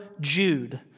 Jude